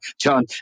John